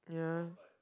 yeah